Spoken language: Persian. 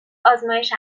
آزمایش